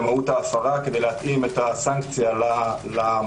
למהות ההפרה כדי להתאים את הסנקציה למעשה.